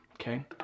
okay